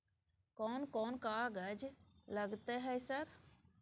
कोन कौन कागज लगतै है सर?